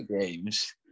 Games